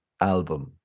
album